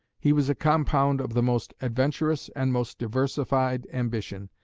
he was a compound of the most adventurous and most diversified ambition,